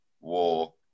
War